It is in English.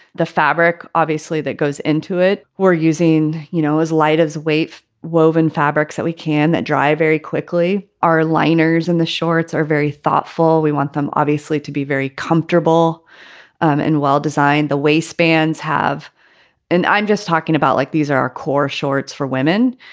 the fabric, obviously, that goes into it, we're using, you know, as light as wayif woven fabrics that we can that drive very quickly. our liners in the shorts are very thoughtful. we want them obviously to be very comfortable and well designed. the waistbands. and i'm just talking about like these are our core shorts for women.